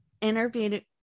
interviewed